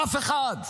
אף אחד.